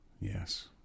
yes